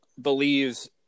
believes